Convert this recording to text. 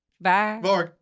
Bye